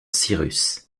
cyrus